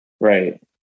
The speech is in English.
Right